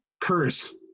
curse